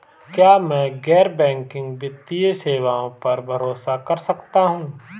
क्या मैं गैर बैंकिंग वित्तीय सेवाओं पर भरोसा कर सकता हूं?